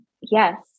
yes